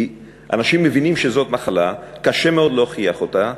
כי אנשים מבינים שזאת מחלה, קשה מאוד להוכיח אותה,